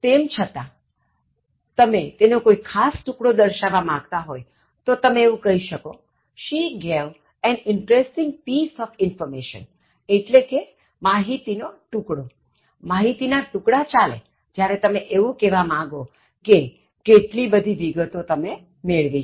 તેમ છતાંતમે તેનો કોઇ ખાસ ટૂકડો દર્શાવવા માગતા હોયતો તમે એવું કહી શકો She gave an interesting piece of informationએટલે કે માહિતી નો ટૂકડો માહિતી ના ટૂકડાચાલેજ્યારે તમે એવું કહેવા માગો કે કેટલી બધી વિગતો તમે મેળવી છે